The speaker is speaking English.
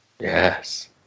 Yes